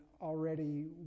already